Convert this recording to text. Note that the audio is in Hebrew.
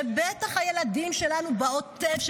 ובטח הילדים שלנו בעוטף,